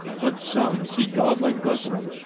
but some see god like guthrum,